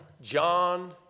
John